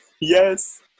Yes